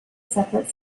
separate